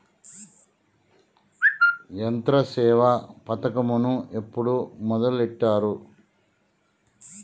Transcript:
యంత్రసేవ పథకమును ఎప్పుడు మొదలెట్టారు?